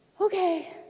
Okay